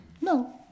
no